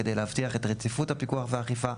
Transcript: כדי להבטיח את רציפות הפיקוח והאכיפה,